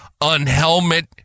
unhelmet